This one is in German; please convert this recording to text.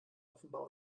offenbar